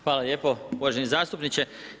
Hvala lijepo uvaženi zastupniče.